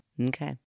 Okay